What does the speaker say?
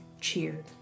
cheered